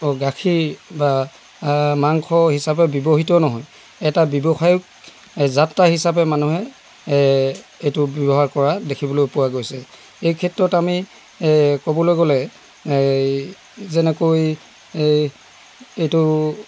অ' গাখীৰ বা মাংস হিচাপে ব্যৱহিত নহয় এটা ব্যৱসায় যাত্ৰা হিচাপে মানুহে এইটো ব্যৱহাৰ কৰা দেখিবলৈ পোৱা গৈছে এই ক্ষেত্ৰত আমি ক'বলৈ গ'লে এই যেনেকৈ এই এইটো